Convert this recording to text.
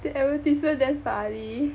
that advertisement damn funny